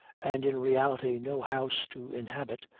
and in reality no house to inhabit,